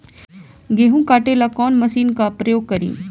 गेहूं काटे ला कवन मशीन का प्रयोग करी?